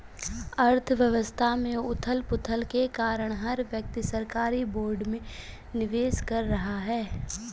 अर्थव्यवस्था में उथल पुथल के कारण हर व्यक्ति सरकारी बोर्ड में निवेश कर रहा है